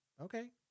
okay